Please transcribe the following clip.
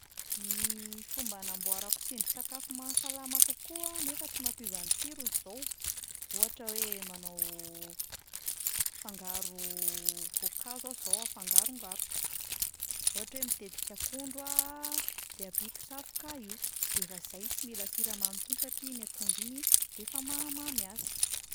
Ny fomba hanamboarako tsindrin-tsakafo mahasalama kokoa nefa tsy mampiova ny tsirony izao: ohatra hoe manao fangaro voankazo aho izao hafangarongaroko, ohatra hoe mitetika akondro aho de ampiako zavoka io de efa izay, tsy mila siramamy intsony satria iny akondro iny de efa mahamamy azy.